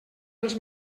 dels